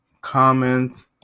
comment